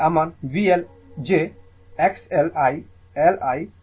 এই দিকে আমার VL j XL I L